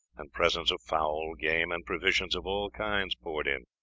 and presents of fowls, game, and provisions of all kinds poured in.